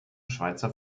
schweizer